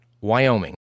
Wyoming